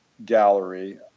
gallery